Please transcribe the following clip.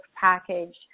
package